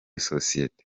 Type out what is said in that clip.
sosiyeti